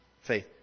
faith